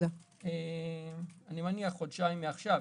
אני מניח חודשיים מעכשיו.